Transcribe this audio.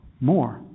more